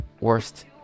worst